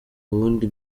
bundi